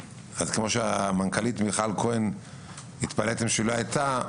כמו שהמנכ"לית מיכל כהן התפלאתם שהיא לא היתה,